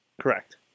Correct